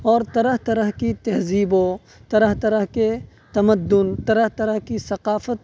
اور طرح طرح کی تہذیبوں طرح طرح کے تمدن طرح طرح کی ثقافت